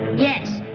yes.